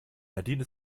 nadine